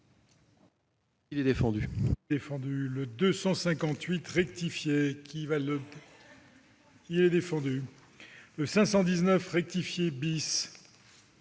Il est défendu.